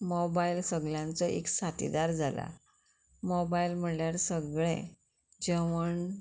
mobile सगळ्यांचो एक साथीदार जाला मोबायल म्हणल्यार सगळें जेवण